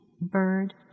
bird